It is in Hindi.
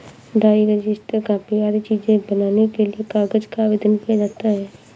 डायरी, रजिस्टर, कॉपी आदि चीजें बनाने के लिए कागज का आवेदन किया जाता है